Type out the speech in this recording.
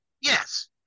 yes